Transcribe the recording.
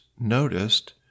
noticed